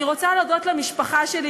אני רוצה להודות למשפחה שלי,